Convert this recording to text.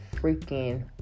freaking